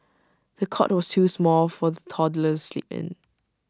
the cot was too small for the toddler to sleep in